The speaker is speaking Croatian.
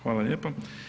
Hvala lijepa.